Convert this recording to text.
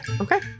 Okay